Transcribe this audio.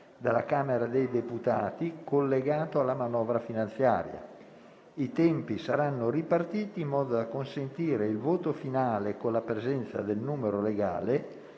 dalla Camera dei deputati, collegato alla manovra finanziaria. I tempi saranno ripartiti in modo da consentire il voto finale, con la presenza del numero legale,